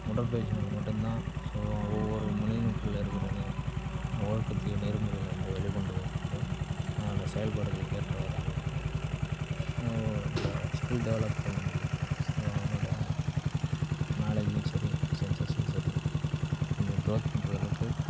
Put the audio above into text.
உடற்பயிற்சி மட்டும் தான் ஒவ்வொரு மனிதனுக்குள்ள இருக்கிறதையும் ஒழுக்கத்தையும் நேர்மைகளையும் வந்து வெளிக்கொண்டு வரும் அவனோடய செயல்பாடுகளுக்கு ஏற்றவாறு அமைத்து அந்த ஸ்கில் டெவலப் பண்ண முடியும் ஸோ அவனோடய நாலேஜும் சரி சென்சஸும் சரி நீங்கள் க்ரோத் பண்ணுற அளவுக்கு